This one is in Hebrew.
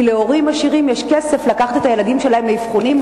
כי להורים עשירים יש כסף לקחת את הילדים שלהם לאבחונים,